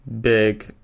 big